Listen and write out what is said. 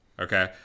Okay